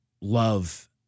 love